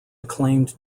acclaimed